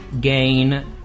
gain